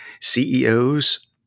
CEOs